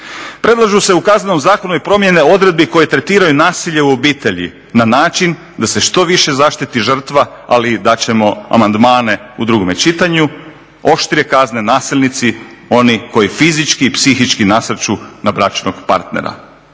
Predlažu se u Kaznenom zakonu i promjene odredbi koje tretiraju nasilje u obitelji na način da se što više zaštiti žrtva ali i dat ćemo amandmane u drugome čitanju, oštrije kazne nasilnici, oni koji fizički i psihički nasrću na bračnog partnera.